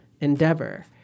endeavor